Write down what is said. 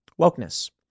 Wokeness